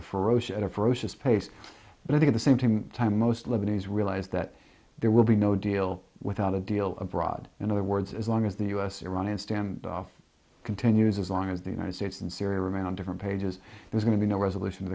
a ferocious at a ferocious pace and i think the same time time most lebanese realize that there will be no deal without a deal abroad in other words as long as the u s iranian standoff continues as long as the united states and syria remain on different pages there's going to be no resolution